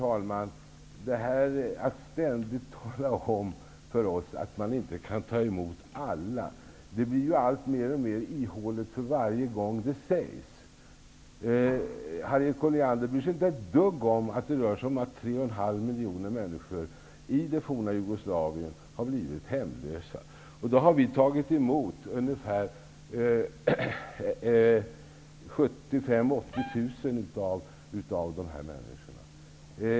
Herr talman! Att ständigt tala om för oss att vi i Sverige inte kan ta emot alla blir alltmer ihåligt för varje gång det sägs. Harriet Colliander bryr sig inte ett dugg om att 3,5 miljoner människor i det forna Jugoslavien har blivit hemlösa. Vi har tagit emot 75 000--80 000 av dessa människor.